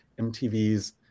MTV's